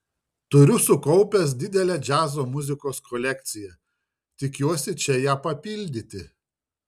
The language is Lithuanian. turiu sukaupęs didelę džiazo muzikos kolekciją tikiuosi čia ją papildyti